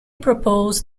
proposed